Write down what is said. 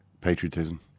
patriotism